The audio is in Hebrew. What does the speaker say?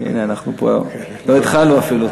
לא התחלנו אפילו.